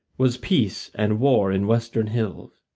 was peace and war in western hills,